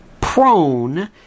prone